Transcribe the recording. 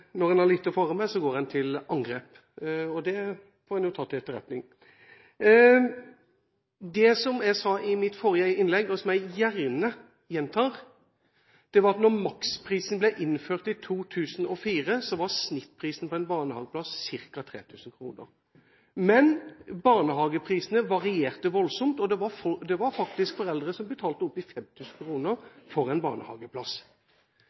når en har lite å fare med, går en til angrep – og det får en ta til etterretning. Det jeg sa i mitt forrige innlegg, og som jeg gjerne gjentar, var at da maksprisen ble innført i 2004, var snittprisen på en barnehageplass ca. 3 000 kr. Men barnehageprisene varierte voldsomt, og det var faktisk foreldre som betalte oppimot 5 000 kr for en barnehageplass.